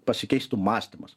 pasikeistų mąstymas